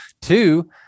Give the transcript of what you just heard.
Two